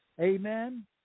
Amen